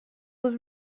was